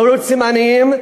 אם לא רוצים עניים,